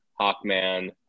Hawkman